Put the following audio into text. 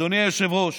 אדוני היושב-ראש,